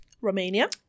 Romania